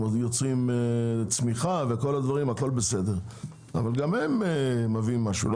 הם יוצרים צמיחה והכל בסדר אבל גם הם מביאים משהו,